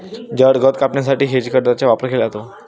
जड गवत कापण्यासाठी हेजकटरचा वापर केला जातो